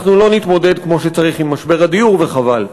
אנחנו לא נתמודד כמו שצריך עם משבר הדיור, וחבל.